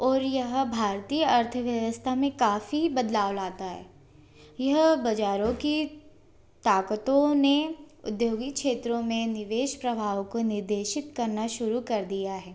और यह भारतीय अर्थव्यवस्था में काफ़ी बदलाव लाता है यह बजारों की ताकतो ने उद्योगिक क्षेत्रों में निवेश प्रभाव को निर्देशित करना शुरु कर दिया है